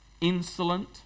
insolent